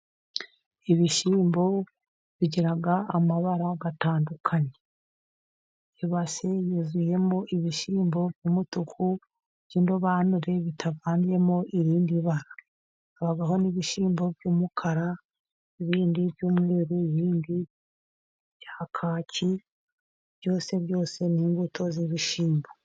Ibishyimbo bigira amabara atandukanye. Ibase yuzuyemo ibishyimbo by'umutuku by'indobanure bitavangiyemo irindi bara habaho n'ibishyimbo by'umukara ibindi byumweru ibindi byakaki byose byose ni imbuto z'ibishyimbo.